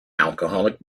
alcoholic